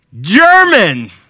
German